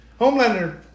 Homelander